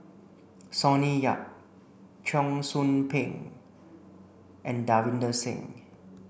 Sonny Yap Cheong Soo Pieng and Davinder Singh